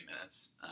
minutes